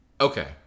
Okay